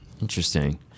interesting